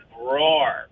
roar